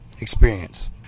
experience